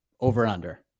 over-under